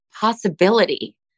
possibility